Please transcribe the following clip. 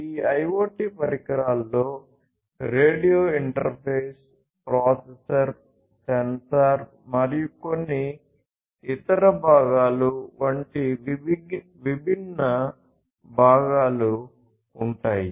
ఈ IoT పరికరాలలో radio interface processor sensor మరియు కొన్ని ఇతర భాగాలు వంటి విభిన్న భాగాలు ఉంటాయి